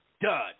done